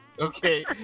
Okay